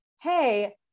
hey